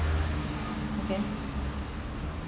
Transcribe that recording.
okay